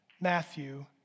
Matthew